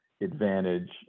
advantage